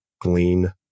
glean